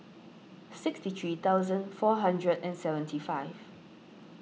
sixty three thousand four hundred and seventy five